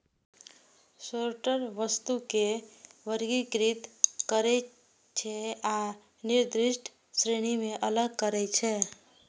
sorter वस्तु कें वर्गीकृत करै छै आ निर्दिष्ट श्रेणी मे अलग करै छै